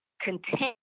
contain